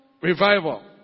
revival